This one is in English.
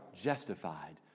justified